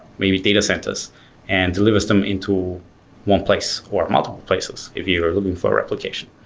maybe data centers and delivers them into one place, or multiple places if you are looking for a replication.